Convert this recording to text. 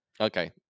Okay